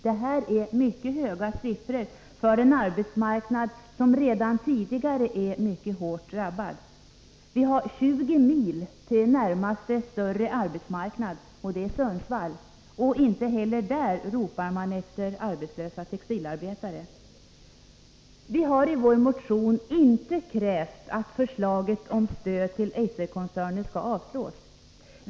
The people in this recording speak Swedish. Det här är mycket höga siffror för en arbetsmarknad som redan tidigare är mycket hårt drabbad. Vi har 20 mil till närmaste större arbetsmarknad, som är Sundsvall. Inte heller där ropar man efter arbetslösa textilarbetare. Vi hari vår motion inte krävt att förslaget om stöd till Eiserkoncernen skall avslås.